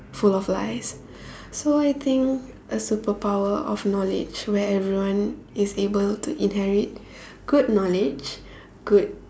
full of lies so I think a superpower of knowledge where everyone is able to inherit good knowledge good